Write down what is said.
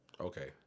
Okay